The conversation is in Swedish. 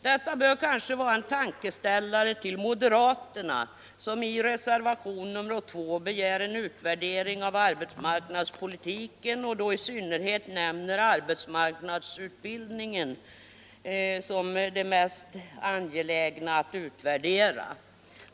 Detta bör kanske vara en tankeställare till moderaterna som i reservationen 2 begär en utvärdering av arbetsmarknadspolitiken och då i synnerhet nämner arbetsmarknadsutbildningen som det mest angelägna att utvärdera.